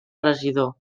regidor